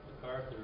MacArthur